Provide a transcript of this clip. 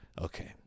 Okay